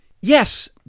Yes